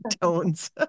tones